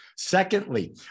secondly